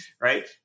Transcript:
right